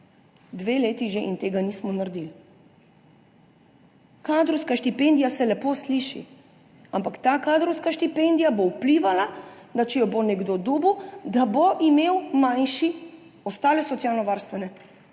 Dve leti že in tega nismo naredili. Kadrovska štipendija se lepo sliši, ampak ta kadrovska štipendija bo vplivala, da če jo bo nekdo dobil, da bo imel manjše ostale socialnovarstvene